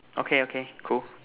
okay okay cool